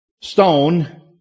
Stone